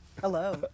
Hello